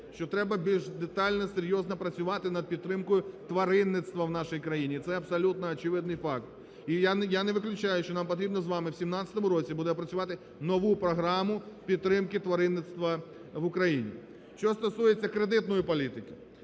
що треба більш детально, серйозно працювати над підтримкою тваринництва в нашій країні, це абсолютно очевидний факт. І я не виключаю, що нам потрібно з вами в 17-му році буде опрацювати нову програму підтримки тваринництва в Україні. Що стосується кредитної політики.